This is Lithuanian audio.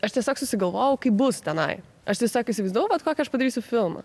aš tiesiog susigalvojau kaip bus tenai aš tiesiog įsivaidavau vat kokį aš padarysiu filmą